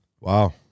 Wow